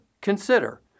consider